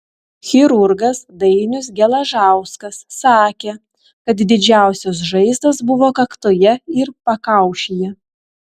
chirurgas dainius geležauskas sakė kad didžiausios žaizdos buvo kaktoje ir pakaušyje